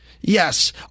yes